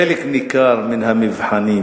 חלק ניכר מן המבחנים